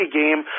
game